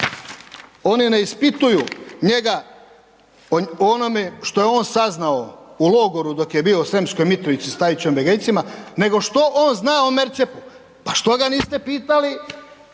Oni ne ispituju njega o onome što je on saznao u logoru dok je bio u Sremskoj Mitrovici s .../Govornik se ne razumije./... nego što on zna o Merčepu. Pa što ga niste pitali